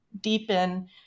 deepen